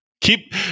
Keep